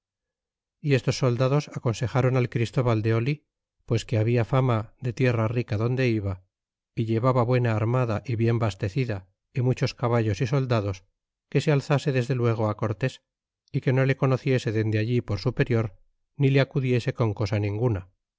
y estos soldados aconsejaron al christóbal de oli pues que habia fama de tierra rica donde iba y llevaba buena armada y bien bastecida y muchos caballos y soldados que se alzase desde luego cortés y que no le conociese dende allí por su perior ni le acudiese con cosa ninguna